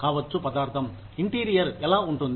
కావచ్చు పదార్థం ఇంటీరియర్ ఎలా ఉంటుంది